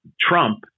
Trump